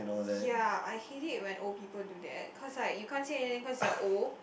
ya I hate it when old people do that cause like you can't say anything cause they're old